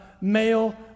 male